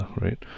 Right